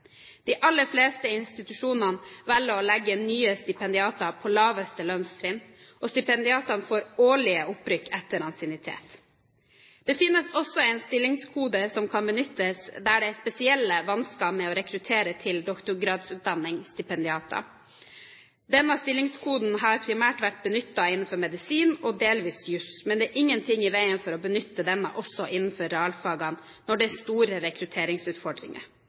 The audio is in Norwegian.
De aller fleste institusjoner velger å legge nye stipendiater på laveste lønnstrinn, og stipendiatene får årlige opprykk etter ansiennitet. Det finnes også en stillingskode som kan benyttes der det er spesielle vansker med å rekruttere til doktorgradsutdanning/stipendiater. Denne stillingskoden har primært vært benyttet innenfor medisin og delvis jus, men det er ingenting i veien for å benytte denne også innenfor realfagene når det er store rekrutteringsutfordringer.